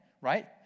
Right